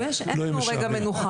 כן אין פה רגע מנוחה.